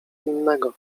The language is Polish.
innego